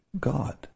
God